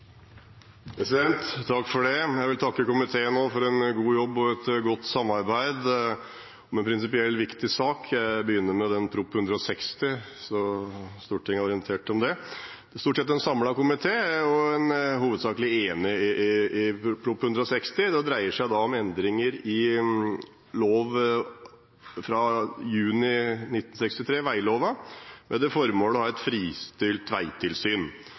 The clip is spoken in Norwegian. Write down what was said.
Jeg vil takke komiteen for en god jobb og godt samarbeid om en prinsipiell, viktig sak. Jeg vil begynne med Prop. 160 L for 2015–2016 – det er stort sett en samlet komité og hovedsakelig enighet om den. Det dreier seg om endringer i lov 21. juni 1963, veglova, med det formål å ha et fristilt